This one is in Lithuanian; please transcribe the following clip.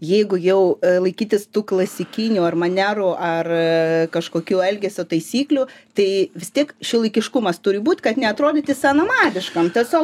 jeigu jau laikytis tų klasikinių ar manierų ar a kažkokių elgesio taisyklių tai vis tiek šiuolaikiškumas turi būt kad neatrodyti senamadiškam tiesiog